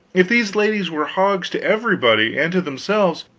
if these ladies were hogs to everybody and to themselves,